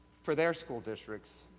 for their school districts,